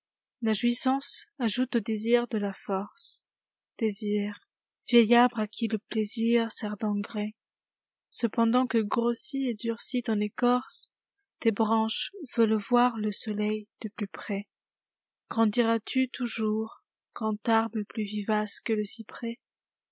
la jouissance ajoute au désir de la force désir vieil arbre à qui le plaisir sert d'engrais cependant que grossit et durcit ton écorce les branches veulent voir le soleil de plus près grandiras tu toujours grand arbre plus vivaceque le cyprès